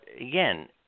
again